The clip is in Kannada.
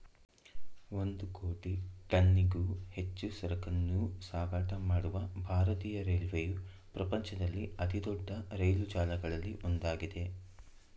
ಒಂದು ಕೋಟಿ ಟನ್ನಿಗೂ ಹೆಚ್ಚು ಸರಕನ್ನೂ ಸಾಗಾಟ ಮಾಡುವ ಭಾರತೀಯ ರೈಲ್ವೆಯು ಪ್ರಪಂಚದಲ್ಲಿ ಅತಿದೊಡ್ಡ ರೈಲು ಜಾಲಗಳಲ್ಲಿ ಒಂದಾಗಿದೆ